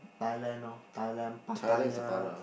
Thailand lor Thailand Pattaya